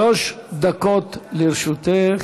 שלוש דקות לרשותך.